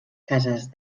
cases